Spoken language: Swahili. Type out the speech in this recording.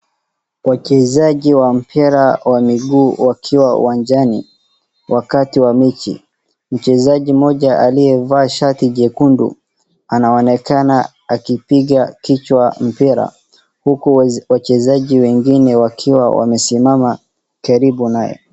Wachezaji wa mpira wa miguu wakiwa uwanjani wakati wa mechi. Mchezaji mmoja aliyevaa shati jekundu anaonekana akipiga kichwa mpira, huku wachezaji wengine wakiwa wamesimama karibu naye.